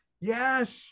Yes